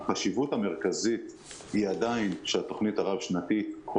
החשיבות המרכזית היא עדיין של התוכנית הרב-שנתית,